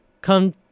Come